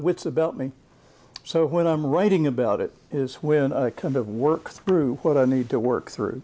wits about me so when i'm writing about it is when i kind of work through what i need to work through